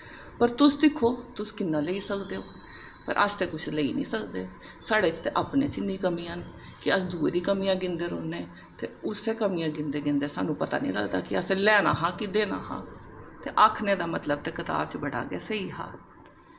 पर तुस दिक्खो तुस किन्ना लेई सकदे ओ पर अस ते कुछ लेई नेईं सकदे साढ़े च ते अपने च इन्नियां कमियां न कि अस दुएं दियां कमियां गिनदे रौंह्ने न ते उस्सै कमियां गिनदे गिनदे सानूं पता निं लगदा कि असें लैना हा कि देना हा ते आखने दा मतलब ते कताब च ते बड़ा गे स्हेई हा